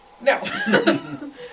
No